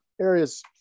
areas